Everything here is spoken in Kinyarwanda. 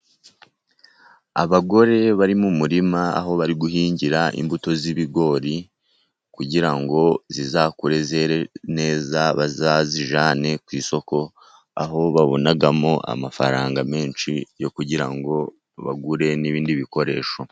Abagore bari mu murima, aho bari guhingira imbuto z'ibigori, kugira ngo zizakure, zere neza, bazazijyane ku isoko, aho babonamo amafaranga menshi, yo kugira ngo bagure n'ibindi bikoresho.